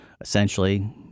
essentially